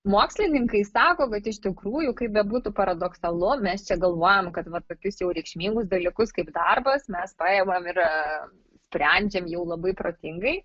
mokslininkai sako kad iš tikrųjų kaip bebūtų paradoksalu mes čia galvojam kad va tokius jau reikšmingus dalykus kaip darbas mes paimam ir sprendžiam jau labai protingai